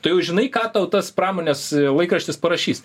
tai jau žinai ką tau tas pramonės laikraštis parašys